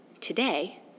today